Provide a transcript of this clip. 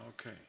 Okay